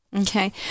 okay